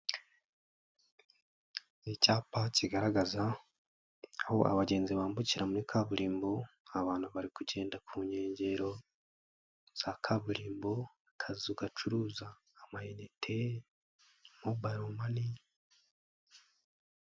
Ni icyapa kigaragaza, aho abagenzi bambukira muri kaburimbo, abantu bari kugenda ku nkengero za kaburimbo, akazu gacuruza amayinite, Mobile money.